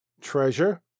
Treasure